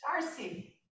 darcy